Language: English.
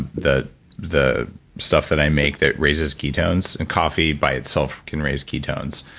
the the stuff that i make that raises ketones. and coffee by itself can raise ketones.